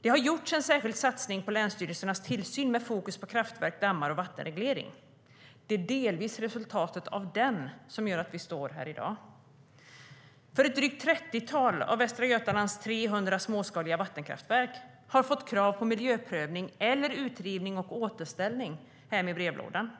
Det har gjorts en särskild satsning på länsstyrelsernas tillsyn med fokus på kraftverk, dammar och vattenreglering. Det är delvis resultatet av den som gör att vi står här i dag. Ett drygt trettiotal av Västra Götalands 300 småskaliga vattenkraftverk har fått krav på miljöprövning eller utrivning och återställning hem i brevlådan.